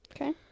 Okay